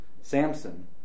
Samson